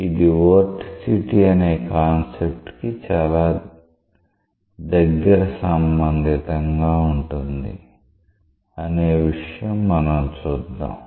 ఇది వొర్టీసీటీ అనే కాన్సెప్ట్ కి చాలా దగ్గర సంబంధితంగా ఉంది అనే విషయం మనం చూద్దాం